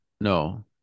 No